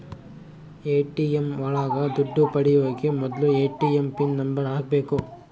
ATM ಒಳಗ ದುಡ್ಡು ಪಡಿಯೋಕೆ ಮೊದ್ಲು ಎ.ಟಿ.ಎಂ ಪಿನ್ ನಂಬರ್ ಹಾಕ್ಬೇಕು